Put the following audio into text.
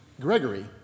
Gregory